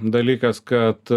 dalykas kad